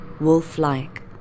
Wolf-like